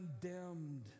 condemned